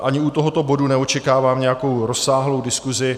Ani u tohoto bodu neočekávám nějakou rozsáhlou diskuzi.